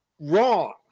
wrong